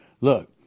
Look